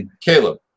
Caleb